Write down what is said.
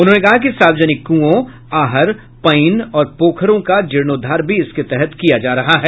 उन्होंने कहा कि सार्वजनिक कुओं आहर पईन और पोखरों का जीर्णोद्वार भी इसके तहत किया जा रहा है